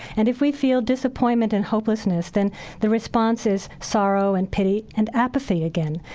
and if we feel disappointment and hopelessness, then the response is sorrow and pity and apathy again.